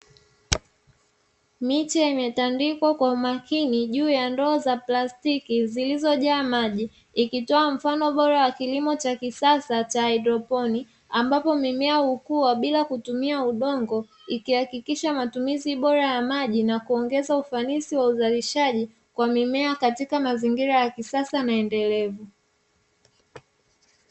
Miche imetandikwa kwa umakini juu ya ndoo za plastiki zilizojaa maji, ikitoa mfano bora wa kilimo cha kisasa cha haidroponi, ambapo mimea hukua bila kutumia udongo, ikihakikisha matumizi bora ya maji na kuongeza ufanisi wa uzalishaji kwa mimea katika mazingira ya kisasa na endelevu.